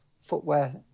footwear